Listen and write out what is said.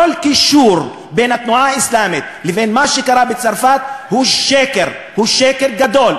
כל קישור בין התנועה האסלאמית לבין מה שקרה בצרפת הוא שקר גדול.